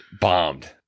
bombed